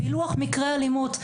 פילוח מקרי אלימות.